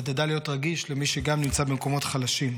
אתה תדע להיות רגיש למי שגם הוא נמצא במקומות חלשים.